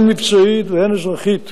הן מקצועית והן אזרחית,